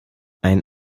ein